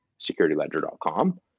securityledger.com